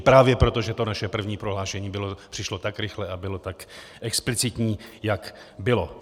Právě proto, že to naše první prohlášení přišlo tak rychle a bylo tak explicitní, jak bylo.